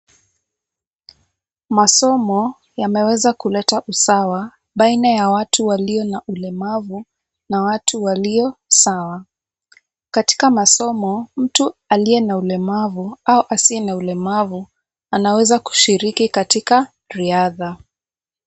Masomo yameweza kuleta usawa baina ya watu walio na ulemavu na watu walio sawa. Katika masomo ,tu aliye na ulemavu au asiye na ulemavu anaweza kushiriki katika riadha.